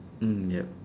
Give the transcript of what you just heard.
mm yup